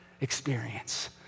experience